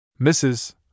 Mrs